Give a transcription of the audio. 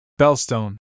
Bellstone